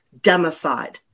democide